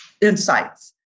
insights